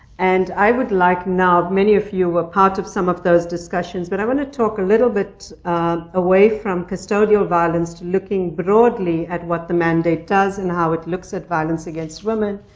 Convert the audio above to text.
and i would like now many of you were part of some of those discussions but i want to talk a little bit away from custodial violence, looking broadly at what the mandate does, and how it looks at violence against women.